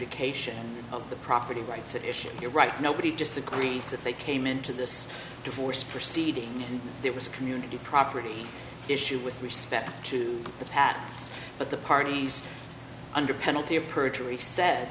adjudication of the property rights if you're right nobody disagrees that they came into this divorce proceeding it was a community property issue with respect to the pad but the parties under penalty of perjury said